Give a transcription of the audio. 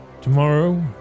Tomorrow